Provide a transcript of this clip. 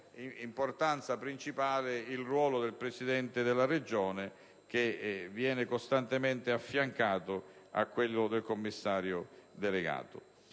importanza il ruolo del Presidente della Regione, che viene costantemente affiancato a quello del commissario delegato.